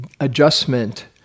adjustment